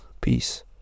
Peace